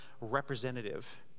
representative